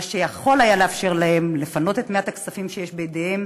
מה שיכול היה לאפשר להם לפנות את מעט הכספים שיש בידיהם